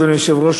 אדוני היושב-ראש,